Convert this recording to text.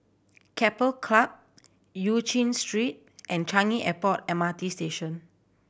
Keppel Club Eu Chin Street and Changi Airport M R T Station